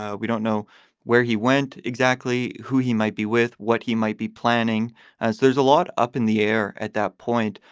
ah we don't know where he went, exactly who he might be with, what he might be planning as there's a lot up in the air at that point.